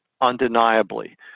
undeniably